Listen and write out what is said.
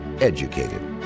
EDUCATED